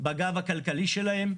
בגב הכלכלי שלהם,